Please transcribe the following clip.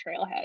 Trailhead